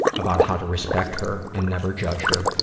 about how to respect her and never judge her,